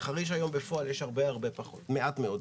לחריש היום יש בפועל הרבה פחות, אפילו מעט מאוד.